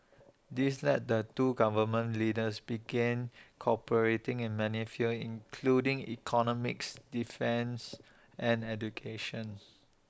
this led the two government leaders begin cooperating in many fields including economics defence and educations